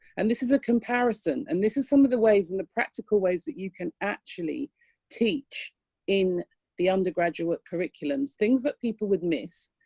and this is a comparison, and this is some of the ways in the practical ways that you can actually teach in the undergraduate curriculums. things that people would miss,